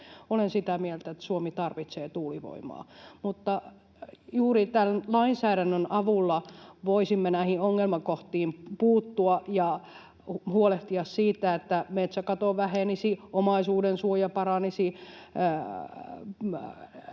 olen sitä mieltä, että Suomi tarvitsee tuulivoimaa. Mutta juuri tämän lainsäädännön avulla voisimme näihin ongelmakohtiin puuttua ja huolehtia siitä, että metsäkato vähenisi, omaisuudensuoja paranisi